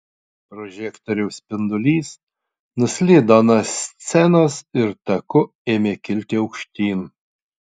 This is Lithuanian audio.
prožektoriaus spindulys nuslydo nuo scenos ir taku ėmė kilti aukštyn